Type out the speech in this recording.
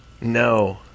No